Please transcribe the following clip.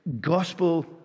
gospel